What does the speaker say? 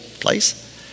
place